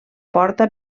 porta